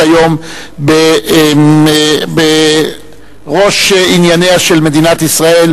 היום בראש ענייניה של מדינת ישראל,